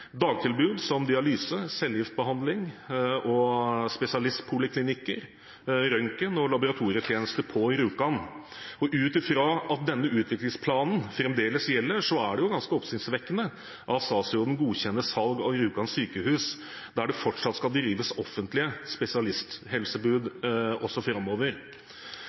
dagtilbud som dialyse, cellegiftbehandling, spesialistpoliklinikker og røntgen- og laboratorietjenester på Rjukan. Ut ifra at denne utviklingsplanen fremdeles gjelder, er det ganske oppsiktsvekkende at statsråden godkjenner salg av Rjukan sykehus, der det fortsatt skal drives offentlige spesialisthelsetilbud framover.